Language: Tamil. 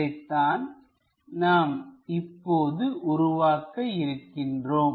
இதைத்தான் நாம் இப்பொழுது உருவாக்க இருக்கிறோம்